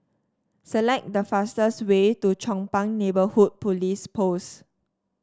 select the fastest way to Chong Pang Neighbourhood Police Post